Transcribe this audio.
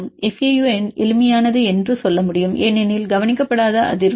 fa u எளிமையானது என்று சொல்ல முடியும் ஏனெனில் கவனிக்கப்படாத அதிர்வெண்